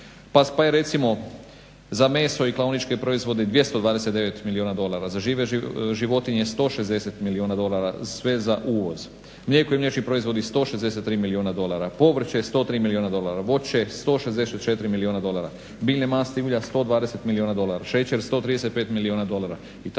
Pa je recimo za meso i klaoničke proizvode 229 milijuna dolara, za živež i životinje 160 milijuna dolara sve za uvoz. Mlijeko i mliječni proizvodi 163 milijuna dolara, povrće 103 milijuna dolara, voće 164 milijuna dolara, biljne masti i ulja 120 milijuna dolara, šećer 135 milijuna dolara itd.,